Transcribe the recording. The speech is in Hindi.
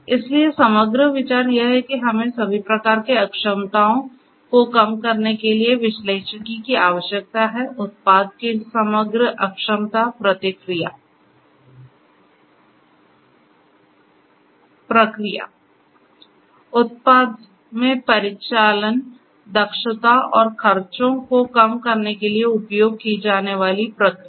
इसलिए समग्र विचार यह है कि हमें सभी प्रकार की अक्षमताओं को कम करने के लिए विश्लेषिकी की आवश्यकता है उत्पाद की समग्र अक्षमता प्रक्रिया उत्पाद और परिचालन दक्षता और खर्चों को कम करने के लिए उपयोग की जाने वाली प्रक्रिया